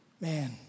Man